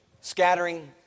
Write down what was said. scattering